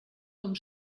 com